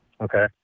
Okay